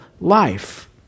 life